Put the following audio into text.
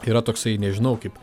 yra toksai nežinau kaip